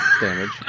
damage